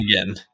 again